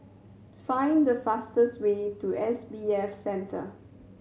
find the fastest way to S B F Center